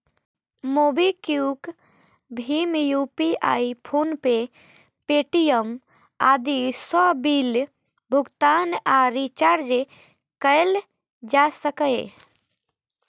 MobiKwik, भीम UPI, PhonePe, Paytm आदि सं बिल भुगतान आ रिचार्ज कैल जा सकैए